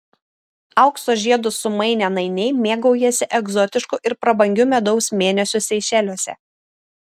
aukso žiedus sumainę nainiai mėgaujasi egzotišku ir prabangiu medaus mėnesiu seišeliuose